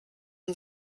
man